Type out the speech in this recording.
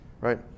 right